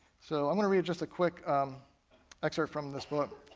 so i'm going to read just a quick um excerpt from this book,